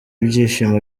ibyishimo